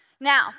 Now